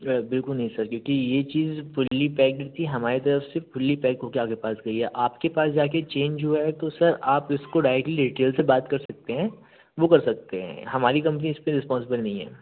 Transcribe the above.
बिल्कुल नहीं सर क्योंकि ये चीज़ फ़ुल्ली पैक्ड थी हमारी तरफ़ से फ़ुल्ली पैक होके आपके पास गई है आपके पास जाके चेंज हुआ है तो सर आप इसको डायरेक्टली रिटेलर से बात कर सकते हैं वो कर सकते हैं हमारी कंपनी इसपे रिस्पाँसिबल नहीं है